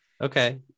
okay